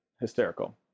hysterical